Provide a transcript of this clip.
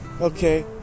okay